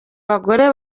bagore